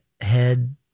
head